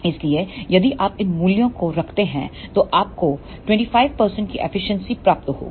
इसलिए यदि आप इन मूल्यों को रखते हैं तो आपको 25 की एफिशिएंसी प्राप्त होगी